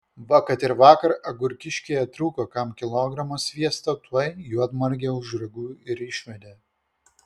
va kad ir vakar agurkiškėje trūko kam kilogramo sviesto tuoj juodmargę už ragų ir išvedė